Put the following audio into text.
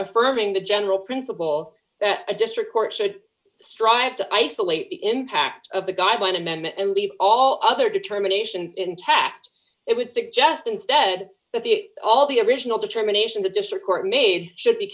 affirming the general principle that a district court should strive to isolate the impact of the guideline amendment and leave all other determinations intact it would suggest instead that the all the original determination the district court made should be